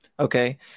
Okay